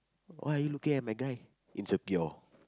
why are you looking at my guy insecure